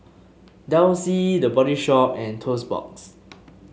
Delsey The Body Shop and Toast Box